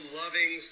loving